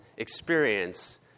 experience